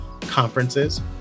conferences